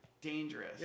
dangerous